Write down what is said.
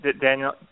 Daniel